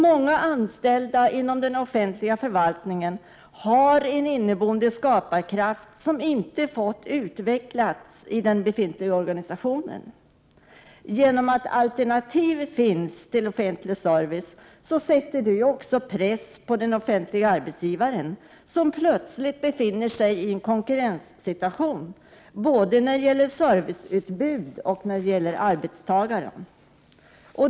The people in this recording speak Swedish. Många anställda inom offentlig förvaltning har en inneboende skaparkraft, som inte fått utvecklas i den befintliga organisationen. Genom att alternativ finns till offentlig service sätter det även press på den offentliga arbetsgivaren, som plötsligt befinner sig i en konkurrenssituation både när det gäller serviceutbud och arbetstagare.